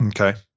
Okay